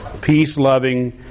peace-loving